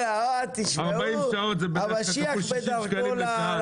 40 שעות זה כפול 60 שקלים לשעה.